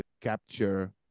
capture